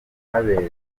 ahabereye